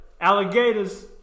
Alligators